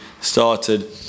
started